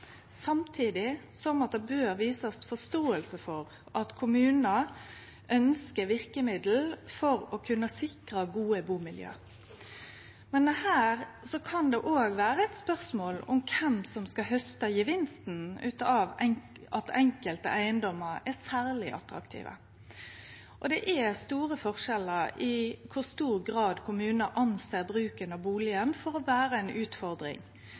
Samtidig bør ein vise forståing for at kommunar ønskjer verkemiddel for å kunne sikre gode bumiljø. Men her kan det òg vere eit spørsmål om kven som skal hauste gevinsten av at enkelte eigedomar er særleg attraktive. Det er store forskjellar i kor stor grad kommunar ser på bruken av bustaden som å vere ei utfordring,